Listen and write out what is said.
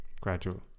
gradual